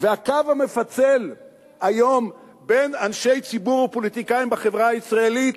הקו המפצל היום בין אנשי ציבור ופוליטיקאים בחברה הישראלית